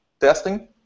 testing